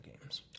games